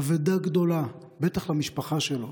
אבדה גדולה, בטח למשפחה שלו,